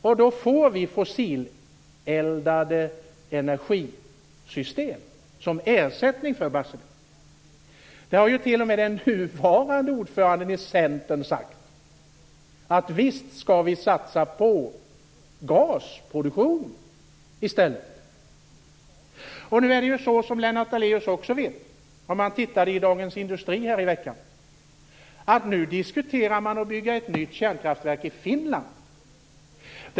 Vi får fossileldade energisystem som ersättning för Barsebäck. T.o.m. den nuvarande ordföranden i Centern har sagt att vi visst skall satsa på gasproduktion i stället. Som Lennart Daléus vet om han tittade i Dagens Industri i veckan diskuterar man nu att bygga ett nytt kärnkraftverk i Finland.